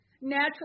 natural